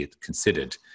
considered